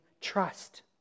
trust